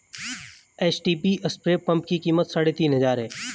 HTP spray pump की कीमत साढ़े तीन हजार है